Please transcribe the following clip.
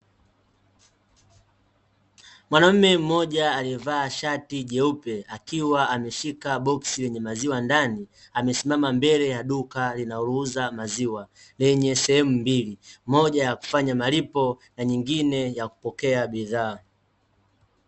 Mwanamme mmoja aliyevaa shati jeupe, akiwa ameshika boksi lenye maziwa ndani, amesimama mbele ya duka linalouza maziwa lenye sehemu mbili, moja ya kufanya malipo na nyingine ya kupokea bidhaa.